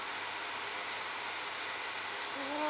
!wah!